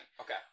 okay